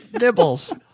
Nibbles